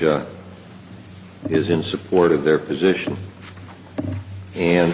is in support of their position and